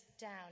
down